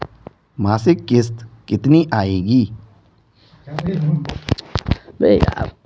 मासिक किश्त कितनी आएगी?